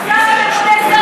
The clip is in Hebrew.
השר הממונה, שר הכלכלה,